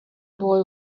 boy